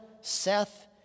Seth